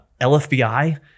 LFBI